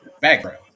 background